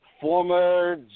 former